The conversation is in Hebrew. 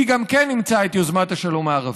היא גם כן אימצה את יוזמת השלום הערבית.